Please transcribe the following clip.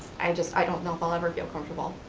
and just don't know if i'll ever feel comfortable.